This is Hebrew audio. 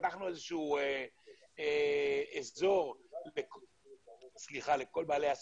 פתחנו אזור לכל בעלי העסקים.